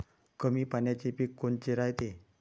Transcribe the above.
कमी पाण्याचे पीक कोनचे रायते?